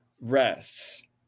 rests